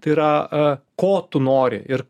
tai yra ko tu nori ir